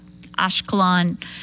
Ashkelon